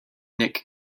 nick